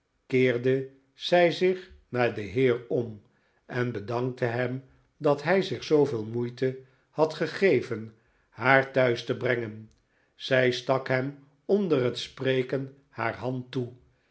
keerde zij zich naar den heer om en bedankte hem dat hij zich zooveel moeite had gegeven haar thuis te brengen zij stak hem onder het spreken haar hand toe